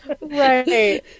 Right